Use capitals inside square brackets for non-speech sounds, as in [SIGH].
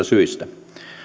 [UNINTELLIGIBLE] syistä